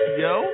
yo